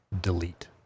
Delete